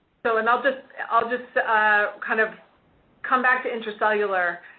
so, and i'll just i'll just kind of come back to intracellular,